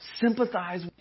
sympathize